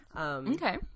okay